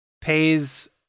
pays